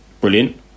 brilliant